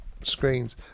Screens